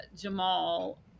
Jamal